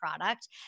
product